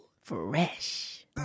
Fresh